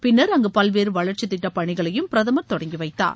பின்னர் அங்கு பல்வேறு வளர்ச்சி திட்டப் பணிகளையும் பிரதமர் தொடங்கி வைத்தார்